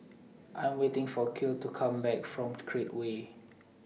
I Am waiting For Kiel to Come Back from Create Way